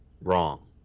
wrong